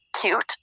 cute